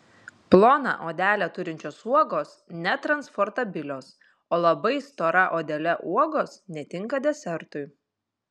ploną odelę turinčios uogos netransportabilios o labai stora odele uogos netinka desertui